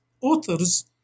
authors